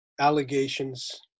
allegations